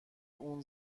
اون